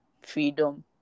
Freedom